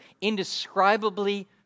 indescribably